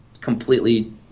completely